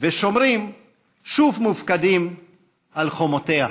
ושומרים שוב מופקדים על חומותיה.